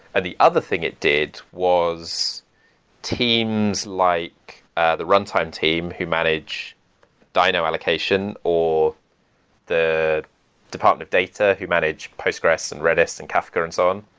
the other thing it did was teams like ah the runtime team who manage dyno allocation or the the department of data who manage postgres and redis and kafka and so on,